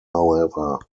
however